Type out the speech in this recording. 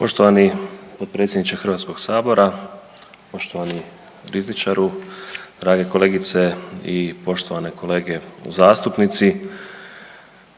Poštovani potpredsjedniče Hrvatskog sabora, poštovani rizničaru, drage kolegice i poštovane kolege zastupnici,